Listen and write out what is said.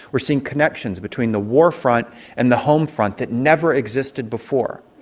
we're seeing connections between the warfront and the home front that never existed before.